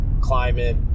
climate